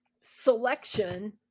selection